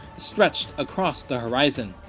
stretched across the horizon.